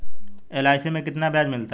LIC में कितना ब्याज मिलता है?